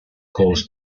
calls